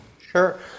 Sure